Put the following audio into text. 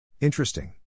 Interesting